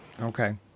okay